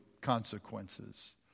consequences